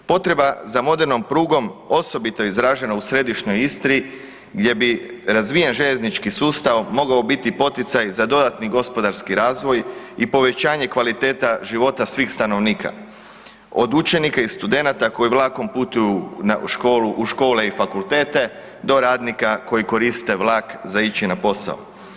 Potreba za modernom prugom osobito je izražena u središnjoj Istri gdje bi razvijen željeznički sustav mogao biti poticaj za dodatni gospodarski razvoj i povećanje kvaliteta života svih stanovnika, od učenika i studenata koji vlakom putuju u škole i fakultete do radnika koji koriste za ići na posao.